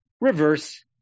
Reverse